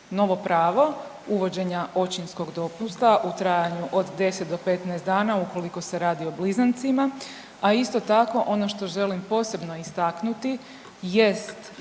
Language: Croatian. novo pravo uvođenja očinskog dopust u trajanju od 10 do 15 dana ukoliko se radi o blizancima, a isto tako ono što želim posebno istaknuti jest